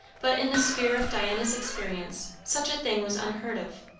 but in the sphere of diana's experience, such a thing was unheard of.